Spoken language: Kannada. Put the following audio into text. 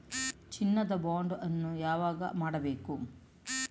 ಚಿನ್ನ ದ ಬಾಂಡ್ ಅನ್ನು ಯಾವಾಗ ಮಾಡಬೇಕು?